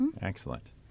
Excellent